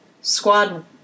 squad